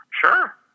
Sure